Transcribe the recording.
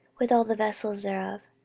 with all the vessels thereof.